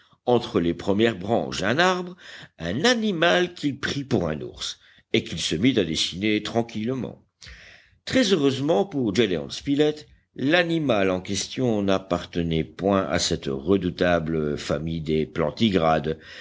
entre les premières branches d'un arbre un animal qu'il prit pour un ours et qu'il se mit à dessiner tranquillement très heureusement pour gédéon spilett l'animal en question n'appartenait point à cette redoutable famille des plantigrades